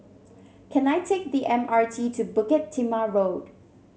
can I take the M R T to Bukit Timah Road